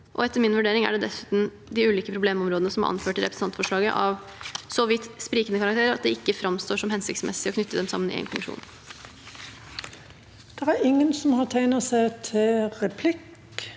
Etter min vurdering er dessuten de ulike problemområdene som er anført i representantforslaget, av så vidt sprikende karakter at det ikke framstår som hensiktsmessig å knytte dem sammen i en kommisjon. Presidenten Flere har ikke